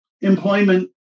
employment